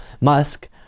Musk